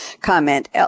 comment